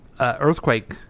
Earthquake